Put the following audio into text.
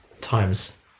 times